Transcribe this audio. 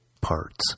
parts